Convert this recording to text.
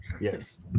yes